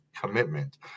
commitment